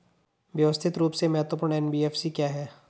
व्यवस्थित रूप से महत्वपूर्ण एन.बी.एफ.सी क्या हैं?